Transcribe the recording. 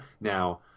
Now